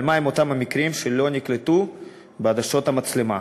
אבל מה עם אותם המקרים שלא נקלטו בעדשות המצלמה?